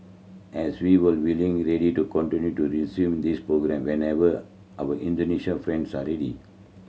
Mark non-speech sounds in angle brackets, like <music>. as we were willing <unintelligible> ready to continue to resume this programme whenever our Indonesian friends are ready